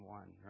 one